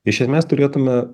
iš esmės turėtų na